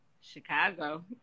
Chicago